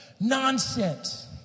Nonsense